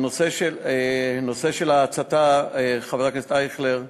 הנושא של ההצתה, חבר הכנסת אייכלר,